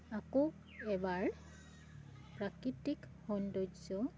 আকৌ এবাৰ প্ৰাকৃতিক সৌন্দৰ্য